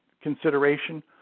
consideration